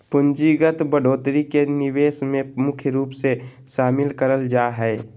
पूंजीगत बढ़ोत्तरी के निवेश मे मुख्य रूप से शामिल करल जा हय